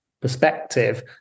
perspective